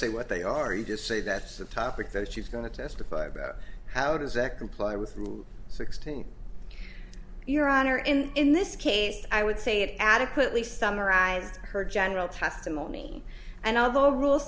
say what they are you just say that's the topic that she's going to testify about how does that comply with sixteen your honor in this case i would say it adequately summarized her general testimony and all the rule